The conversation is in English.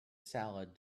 salad